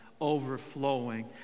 overflowing